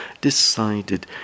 decided